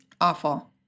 awful